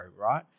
right